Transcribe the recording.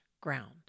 ground